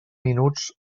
minuts